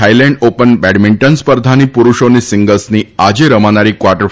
Thailand open badminton સ્પર્ધાની પુરૂષોની સિંગલ્સની આજે રમાનારી ક્વાર્ટર